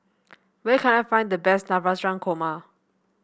where can I find the best Navratan Korma